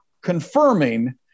confirming